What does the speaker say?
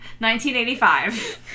1985